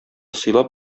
сыйлап